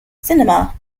cinema